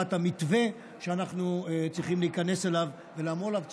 יצירת המתווה שאנחנו צריכים להיכנס אליו ולעמול עליו,